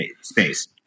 space